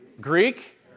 Greek